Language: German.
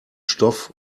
stoff